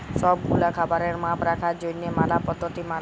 সব গুলা খাবারের মাপ রাখার জনহ ম্যালা পদ্ধতি মালে